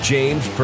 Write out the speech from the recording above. James